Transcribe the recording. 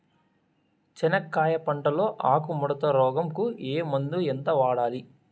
చెనక్కాయ పంట లో ఆకు ముడత రోగం కు ఏ మందు ఎంత వాడాలి?